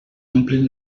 omplin